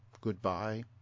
goodbye